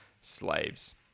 slaves